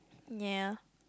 ya